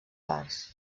parts